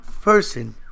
person